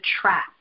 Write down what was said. trap